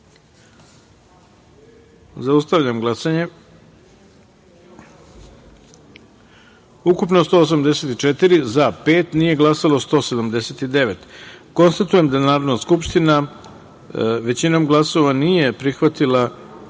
taster. Zaustavljam glasanje. Ukupno 184, za – pet, nije glasalo 179.Konstatujem da Narodna skupština većinom glasova nije prihvatila